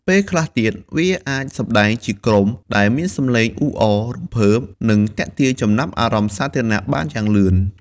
ពេលខ្លះទៀត វាអាចសម្ដែងជាក្រុមដែលមានសំឡេងអ៊ូអរ រំភើប និងទាក់ទាញចំណាប់អារម្មណ៍សាធារណៈបានយ៉ាងលឿន។